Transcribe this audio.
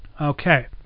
Okay